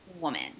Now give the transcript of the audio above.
woman